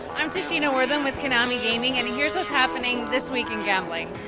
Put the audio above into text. i'm tashina wortham with konami gaming and here's what's happening this week in gambling.